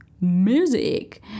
Music